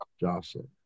Jocelyn